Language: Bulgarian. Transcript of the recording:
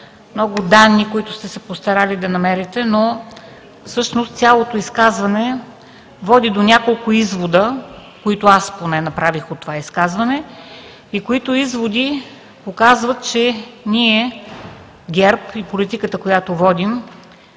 много данни, които сте се постарали да намерите, но всъщност цялото изказване води до няколко извода, които направих от това изказване и които изводи показват, че ние – ГЕРБ, и политиката, която водим,